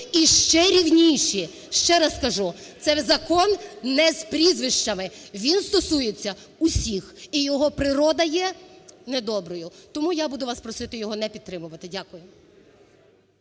і ще рівніші. Ще раз кажу, це закон не з прізвищами, він стосується усіх і його природа є недоброю. Тому я буду вас просити його не підтримувати. Дякую.